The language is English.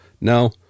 No